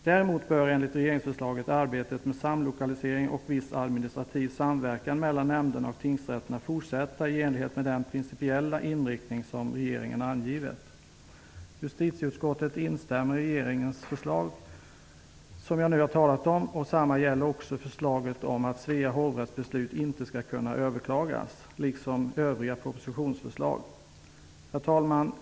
Däremot bör, enligt regeringsförslaget, arbetet med samlokalisering och viss administrativ samverkan mellan nämnderna och tingsrätterna fortsätta i enlighet med den principiella inriktning som regeringen angivit. Justitieutskottet instämmer i regeringens förslag. Det gäller också förslaget om att Svea hovrätts beslut inte skall kunna överklagas, liksom övriga förslag i propositionen. Herr talman!